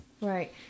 right